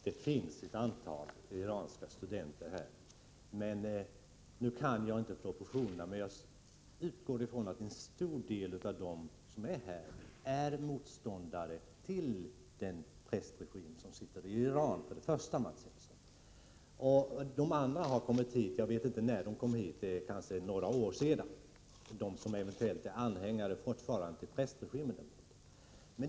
Herr talman! Det finns ett antal iranska studenter i Sverige. Nu känner jag inte till proportionerna, men jag utgår från att en stor del av dem som är här är motståndare till den prästregim som sitter i Iran. Det är det första jag vill framhålla. När de andra, de som eventuellt fortfarande är anhängare till regimen, kom hit vet jag inte — det kanske är några år sedan.